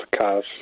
cars